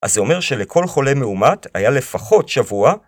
אז זה אומר שלכל חולה מאומת היה לפחות שבוע